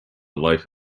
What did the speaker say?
life